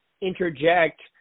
Interject